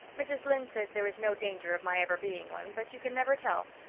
mrs. lynde says there is no danger of my ever being one, but you can never tell.